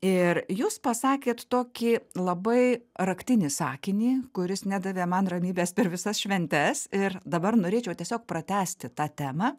ir jūs pasakėt tokį labai raktinį sakinį kuris nedavė man ramybės per visas šventes ir dabar norėčiau tiesiog pratęsti tą temą